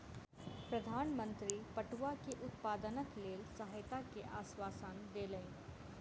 प्रधान मंत्री पटुआ के उत्पादनक लेल सहायता के आश्वासन देलैन